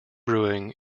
brewing